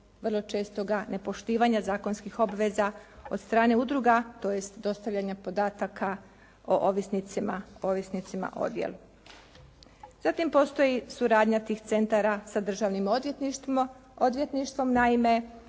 vrlo čestoga nepoštivanja zakonskih obveza od strane udruga, tj. dostavljanja podataka o ovisnicima o djelu. Zatim postoji suradnja tih centara sa državnim odvjetništvom. Naime,